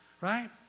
Right